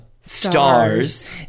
stars